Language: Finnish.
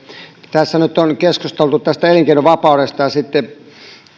tässä nyt on keskusteltu tästä elinkeinovapaudesta ja